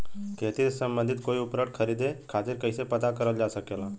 खेती से सम्बन्धित कोई उपकरण खरीदे खातीर कइसे पता करल जा सकेला?